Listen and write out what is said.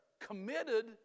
committed